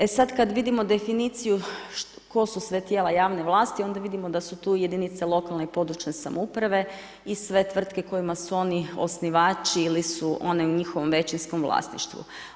E sad kad vidimo definiciju tko su sve tijela javne vlasti, onda vidimo da su tu jedinice lokalne i područne samouprave i sve tvrtke kojima su oni osnivači ili su one u njihovom većinskom vlasništvu.